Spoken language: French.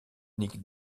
nic